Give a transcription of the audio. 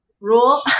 rule